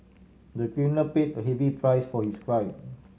the criminal paid a heavy price for his crime